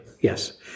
yes